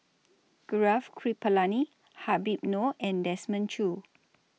Gaurav Kripalani Habib Noh and Desmond Choo